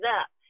up